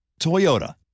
Toyota